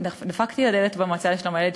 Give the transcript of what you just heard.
דפקתי על הדלת במועצה לשלום הילד,